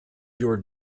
your